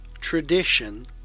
tradition